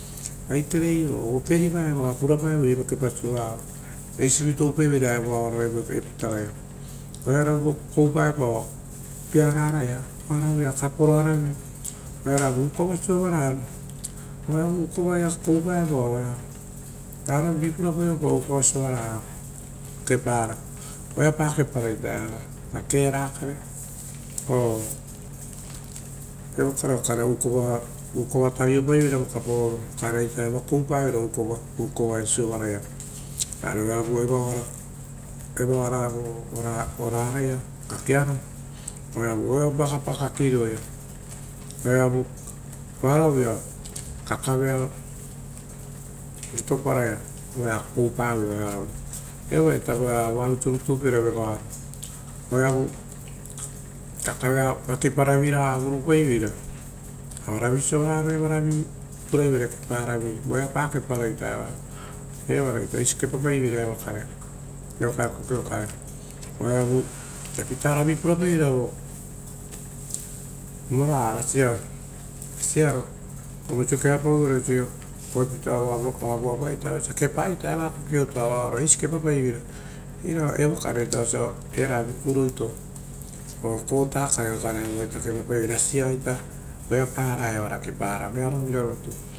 Vaiterei oo operipara oa pura paevoi evokepa sovararo eisivi toupaivera ero aoro evo epitaroia oearova koupaepa o pia raraia oara vuia koporoaravi ari oera rovu ukova sovarala, oeravu ukoraia koupaepa, oaravivu puraparoe pao ukora soave ia kepara. Voeapa keparo ita evara, ora kera kare oo ravo evokare okarea ukova tari paoepao vokapaoro vokare aita evo kare koupa veira ukova sovara ia ari oeavu evaova roia vo orara kakiaro, oeauu, oevu vagapa kaki roia oeavu oaravuia kakavero sovaraia oea koupa vera evoea ita voeao oaia avoisio rutu toupaiveira vegoaro oeavu kakave kakuparo viraga vurupaiveira ra vara viraga sovaraia oarovu puraivere kepara, voepa keparo ita evara, evara ita eisi kepapaiveira evoia, evo kare kokiokare oearovu epitaravi purapaiveira vo raga rasira ra oisio keapau vere oaviava ita eva osia kepa ita eva kokioto varo ova eisikepapaiveira evokare oisio osia era vikuroito oo kotakare okarea vo toupaiveira rasia ita, voeapara evara kepara.